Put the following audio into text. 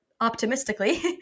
optimistically